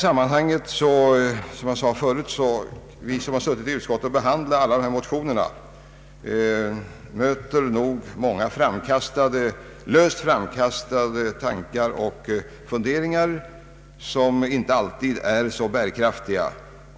Såsom jag förut har sagt möter vi som har behandlat alla motioner i lokaliseringsfrågan många löst framkastade tankar och funderingar, som inte alltid är så bärkraftiga.